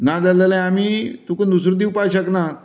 ना जाल्यार आमी तुकां आमी दुसरो दिवपाक शकनात